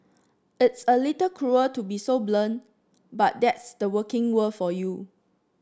it's a little cruel to be so blunt but that's the working world for you